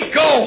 go